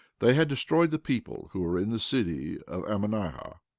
they had destroyed the people who were in the city of ammonihah,